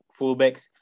fullbacks